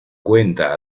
cuenta